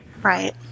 Right